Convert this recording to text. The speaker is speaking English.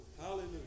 Hallelujah